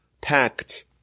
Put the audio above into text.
packed